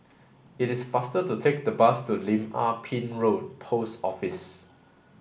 it is faster to take the bus to Lim Ah Pin Road Post Office